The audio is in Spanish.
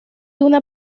una